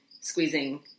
squeezing